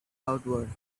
outward